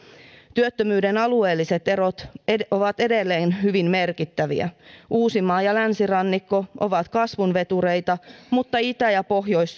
työttömyyden alueelliset erot ovat edelleen hyvin merkittäviä uusimaa ja länsirannikko ovat kasvun vetureita mutta itä ja pohjois